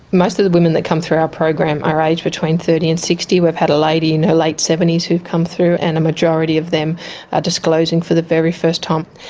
most of the women that come through our program are aged between thirty and sixty. we've had a lady in her late seventy s who's come through, and a majority of them are disclosing for the very first time.